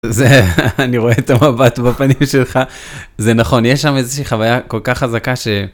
זה, אני רואה את המבט בפנים שלך, זה נכון, יש שם איזושהי חוויה כל כך חזקה ש...